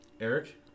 Eric